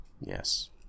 Yes